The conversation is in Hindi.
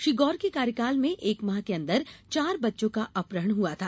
श्री गौर के कार्यकाल में एक माह के अंदर चार बच्चों का अपहरण हुआ था